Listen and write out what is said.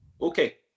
Okay